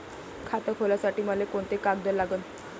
खात खोलासाठी मले कोंते कागद लागन?